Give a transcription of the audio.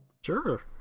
Sure